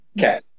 Okay